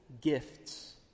gifts